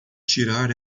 tirar